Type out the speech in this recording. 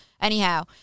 anyhow